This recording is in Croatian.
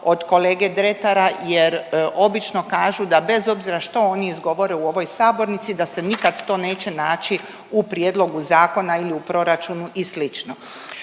od kolege Dretara jer obično kažu da bez obzira što oni izgovore u ovoj sabornici da se nikad to neće naći u prijedlogu zakona ili u proračunu i